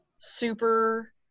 super